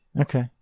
Okay